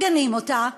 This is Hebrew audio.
מגנים אותה,